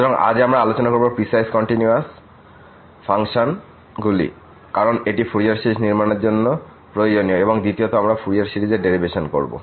সুতরাং আজ আমরা আলোচনা করবো পিসওয়াইস কন্টিনিউয়াস ফাংশনগুলি কারন এটি ফুরিয়ার সিরিজ নির্মাণের জন্য প্রয়োজনীয় এবং দ্বিতীয়ত আমরা ফুরিয়ার সিরিজের ডেরিভেশন করবো